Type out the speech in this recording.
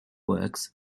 works